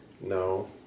No